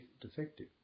defective